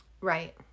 Right